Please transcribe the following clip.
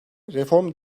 reformu